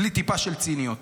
בלי טיפה של ציניות.